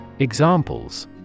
Examples